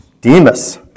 Demas